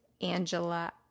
Angela